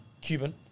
Cuban